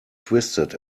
twisted